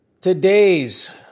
today's